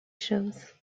shows